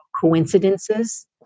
coincidences